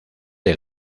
del